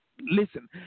listen